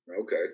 Okay